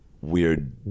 weird